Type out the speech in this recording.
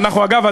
אגב,